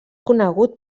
conegut